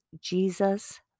Jesus